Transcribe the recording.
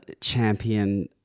champion